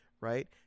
right